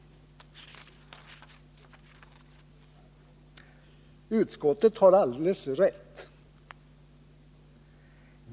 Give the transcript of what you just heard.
Utskottet har alldeles rätt.